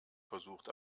versucht